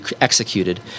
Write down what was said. executed